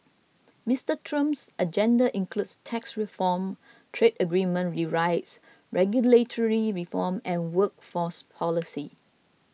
Mister Trump's agenda includes tax reform trade agreement rewrites regulatory reform and workforce policy